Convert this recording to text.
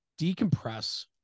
decompress